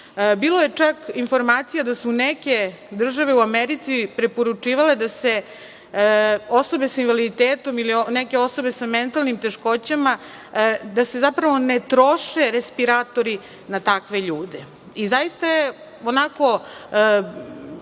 bilo je čak informacija da su neke države u Americi preporučivale da se osobe sa invaliditetom ili neke osobe sa mentalnim teškoćama, da se zapravo ne troše respiratori na takve ljude. Zaista je onako